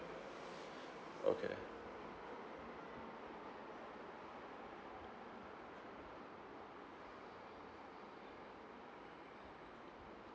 okay